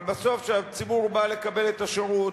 אבל בסוף כשהציבור בא לקבל את השירות,